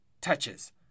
touches